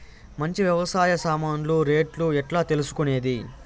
మంచి వ్యవసాయ సామాన్లు రేట్లు ఎట్లా తెలుసుకునేది?